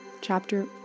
Chapter